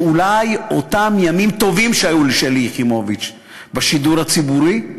שאולי אותם ימים טובים שהיו לשלי יחימוביץ בשידור הציבורי,